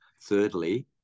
thirdly